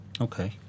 Okay